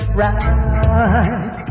right